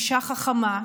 אישה חכמה,